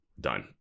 Done